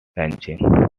ranching